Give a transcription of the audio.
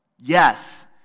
Yes